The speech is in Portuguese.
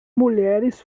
mulheres